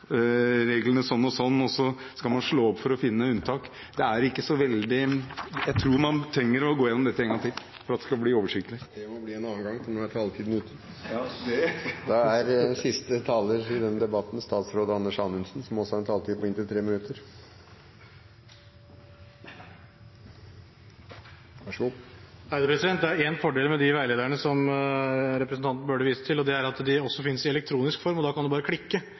reglene sånn og sånn, og så skal man slå opp for å finne unntak – det er ikke så veldig … Jeg tror man trenger å gå gjennom dette en gang til for at det skal bli oversiktlig. Det må bli en annen gang, for nå er taletiden er ute. Det er én fordel ved de veilederne som representanten Bøhler viste til, og det er at de også finnes i elektronisk form. Man kan bare klikke,